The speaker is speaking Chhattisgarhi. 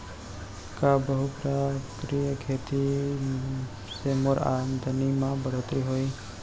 का बहुप्रकारिय खेती से मोर आमदनी म बढ़होत्तरी होही?